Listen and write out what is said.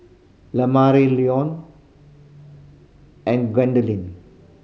Leon and